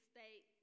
State